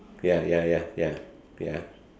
ya ya ya ya ya